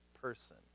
person